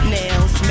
nails